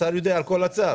השר יודע על הצו.